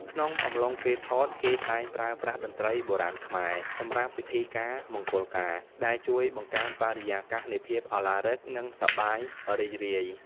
ក្នុងអំឡុងពេលថត គេតែងប្រើប្រាស់ តន្រ្តីបុរាណខ្មែរ សម្រាប់ពិធីការមង្គលការ ដែលជួយបង្កើនបរិយាកាសនៃភាពឧឡារិក និងសប្បាយរីករាយ។